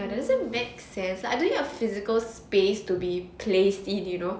ya that doesn't make sense I don't need your physical space to be placed in you know